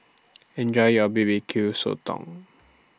Enjoy your B B Q Sotong